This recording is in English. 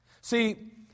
See